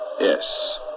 Yes